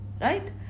Right